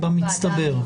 במצטבר.